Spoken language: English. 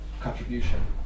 contribution